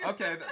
Okay